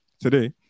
today